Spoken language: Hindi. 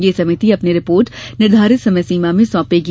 यह समिति अपनी रिपोर्ट निर्धारित समय सीमा में सौंपेगी